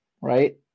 Right